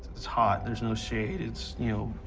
it's hot. there's no shade. it's, you know,